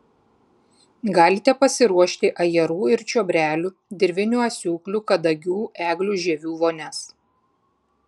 galite pasiruošti ajerų ir čiobrelių dirvinių asiūklių kadagių eglių žievių vonias